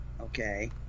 okay